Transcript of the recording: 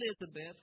Elizabeth